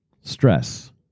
stress